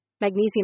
Magnesium